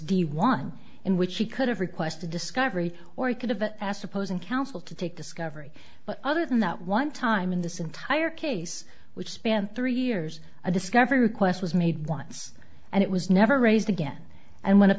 d one in which he could have requested discovery or he could have asked opposing counsel to take discovery but other than that one time in this entire case which spanned three years a discovery request was made once and it was never raised again and when